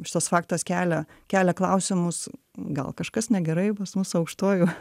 šitas faktas kelia kelia klausimus gal kažkas negerai pas mus su aukštuoju